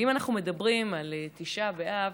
ואם אנחנו מדברים על תשעה באב,